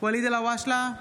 ואליד אלהואשלה,